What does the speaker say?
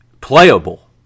playable